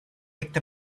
picked